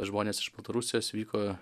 žmonės iš baltarusijos vyko